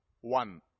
one